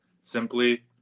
simply